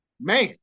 man